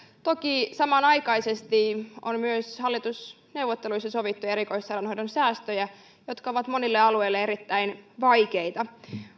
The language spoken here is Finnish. toki samanaikaisesti on myös hallitusneuvotteluissa sovittu erikoissairaanhoidon säästöistä jotka ovat monille alueille erittäin vaikeita